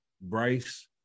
Bryce